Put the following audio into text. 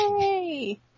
Yay